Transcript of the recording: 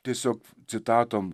tiesiog citatom